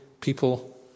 people